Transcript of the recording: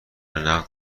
نقد